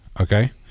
okay